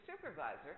supervisor